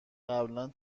قبلا